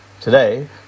Today